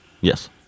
Yes